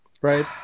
right